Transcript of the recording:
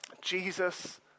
Jesus